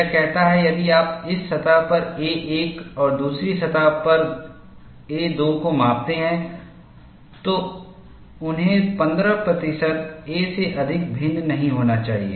यह कहता है यदि आप इस सतह पर a1 और दूसरी सतह पर a2 को मापते हैं तो उन्हें 15 प्रतिशत a से अधिक भिन्न नहीं होना चाहिए